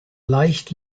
leicht